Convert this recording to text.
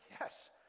yes